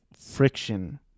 friction